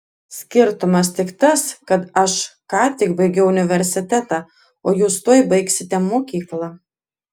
skirtumas tik tas kad aš ką tik baigiau universitetą o jūs tuoj baigsite mokyklą